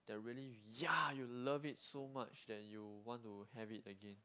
that really yeah you love it so much that you want to have it again